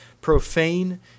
profane